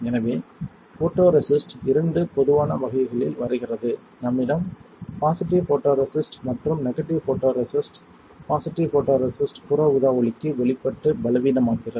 எனவே ஃபோட்டோரெசிஸ்ட் இரண்டு பொதுவான வகைகளில் வருகிறது நம்மிடம் பாசிட்டிவ் ஃபோட்டோரெசிஸ்ட் மற்றும் நெகட்டிவ் ஃபோட்டோரெசிஸ்ட் பாசிட்டிவ் ஃபோட்டோரெசிஸ்ட் புற ஊதா ஒளிக்கு வெளிப்பட்டு பலவீனமாகிறது